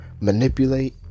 manipulate